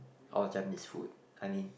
all Japanese food I mean